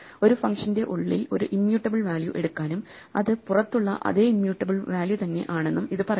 ഒരു ഫങ്ഷന്റെ ഉള്ളിൽ ഒരു ഇമ്മ്യുട്ടബിൾ വാല്യൂ എടുക്കാനും അത് പുറത്തുള്ള അതെ ഇമ്മ്യുട്ടബിൾ വാല്യൂ തന്നെ ആണെന്നും ഇത് പറയുന്നു